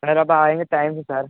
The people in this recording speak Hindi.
सर अब आएँगे टाइम से सर